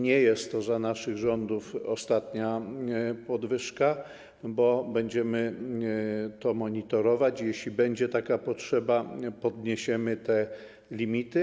Nie jest to za naszych rządów ostatnia podwyżka, bo będziemy to monitorować i jeśli będzie taka potrzeba, podniesiemy te limity.